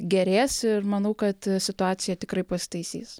gerės ir manau kad situacija tikrai pasitaisys